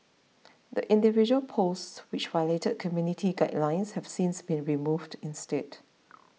the individual posts which violated community guidelines have since been removed instead